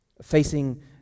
Facing